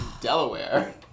Delaware